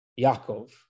Yaakov